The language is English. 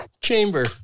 Chamber